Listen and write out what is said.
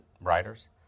writers